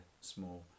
small